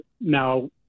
Now